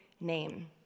name